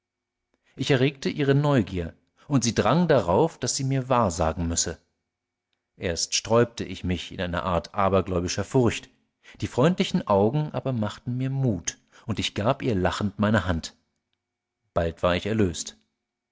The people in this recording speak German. ich erregte ihre neugier und sie drang darauf daß sie mir wahrsagen müsse erst sträubte ich mich in einer art abergläubischer furcht die freundlichen augen aber machten mir mut und ich gab ihr lachend meine hand bald war ich erlöst